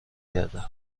کرده